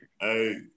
Hey